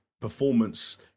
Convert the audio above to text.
performance